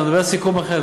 אתה מדבר על סיכום אחר,